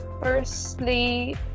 firstly